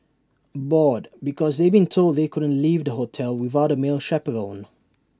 bored because they'd been told they couldn't leave the hotel without A male chaperone